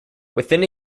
within